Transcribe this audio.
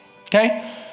okay